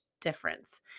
difference